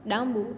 ડાબું